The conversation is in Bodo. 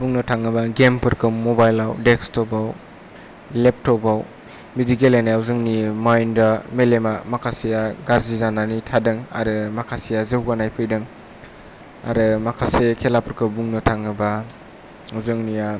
बुंनो थाङोब्ला गेमफोरखौ मबाइलाव देक्सटबाव लेपटपबाव बिदि गेलेनायाव जोंनि माइन्डआ मेलेमा माखासेआ गाज्रि जानानै थादों आरो माखासेआ जौगानाय फैदों आरो माखासे खेलाफोरखौ बुंनो थाङोब्ला जोंनिया